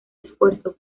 esfuerzo